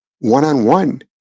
one-on-one